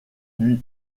lui